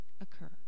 occur